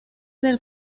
del